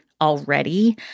already